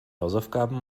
hausaufgaben